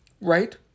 Right